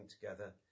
together